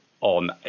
on